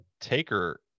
Taker